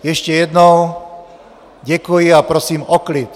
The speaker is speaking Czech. Ještě jednou děkuji a prosím o klid.